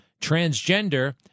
transgender